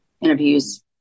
interviews